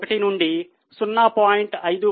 31 నుండి 0